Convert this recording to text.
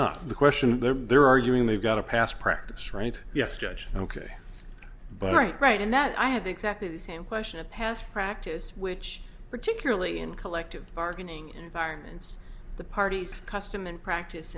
not the question they're arguing they've got a past practice right yes judge ok but right right in that i have exactly the same question of past practice which particularly in collective bargaining environments the parties custom and practice